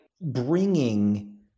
bringing